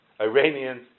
Iranians